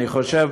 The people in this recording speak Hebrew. אני חושב,